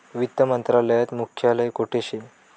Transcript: वित्त मंत्रालयात मुख्यालय कोठे शे